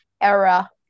era